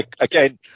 Again